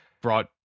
brought